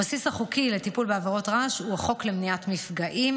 הבסיס החוקי לטיפול בעבירות רעש הוא החוק למניעת מפגעים,